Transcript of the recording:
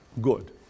good